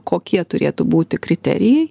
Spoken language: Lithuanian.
kokie turėtų būti kriterijai